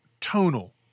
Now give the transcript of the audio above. tonal